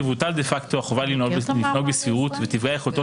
תבוטל דה-פקטו החובה לנהוג בסבירות ותיפגע יכולתו